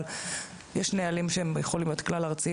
אבל יש נהלים שיכולים להיות כלל-ארציים